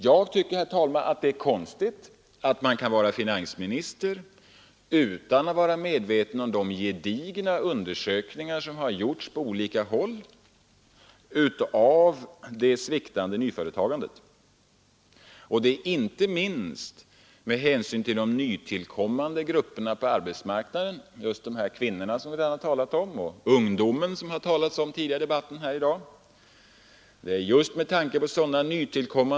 Jag tycker att det är konstigt att man kan vara finansminister utan att vara medveten om de gedigna undersökningar som gjorts på olika håll beträffande det sviktande nyföretagandet. Att det inte finns något nyföretagande är allvarligt inte minst med hänsyn till de nytillkommande grupperna på arbetsmarknaden — speciellt de kvinnor och ungdomar som vi talat om tidigare i dag.